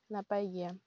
ᱱᱟᱯᱟᱭ ᱜᱮᱭᱟ